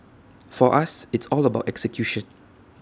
for us it's all about execution